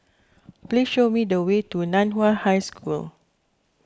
please show me the way to Nan Hua High School